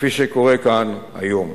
כפי שקורה כאן היום.